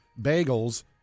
bagels